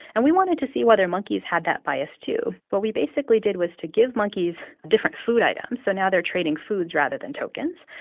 and we wanted to see whether monkeys had that bias too what we basically did was to give monkeys different food items, so now they're trading foods rather than tokens.